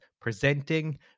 presenting